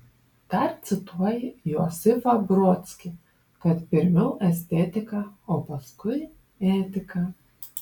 dar cituoji josifą brodskį kad pirmiau estetika o paskui etika